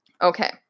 Okay